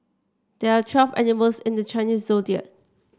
there are twelve animals in the Chinese Zodiac